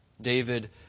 David